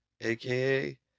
aka